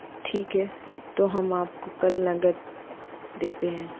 ठीक है तो हम आपको कल नगद देते हैं